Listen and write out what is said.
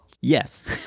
Yes